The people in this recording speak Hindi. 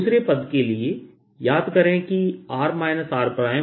दूसरे पद के लिए याद करें कि r r